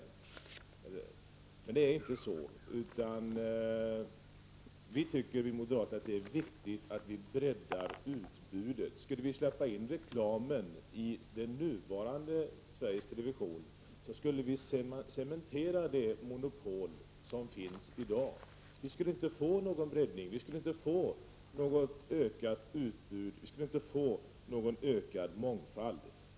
Så är det inte, utan vi moderater tycker att det är viktigt att bredda utbudet. Skulle vi släppa in reklamen i det nuvarande Sveriges Television, så skulle vi cementera det monopol som finns i dag. Vi skulle inte få någon breddning, inte få ett utökat utbud och inte få en större mångfald.